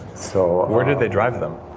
so where did they drive them?